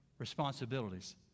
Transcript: responsibilities